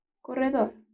corredor